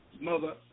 Mother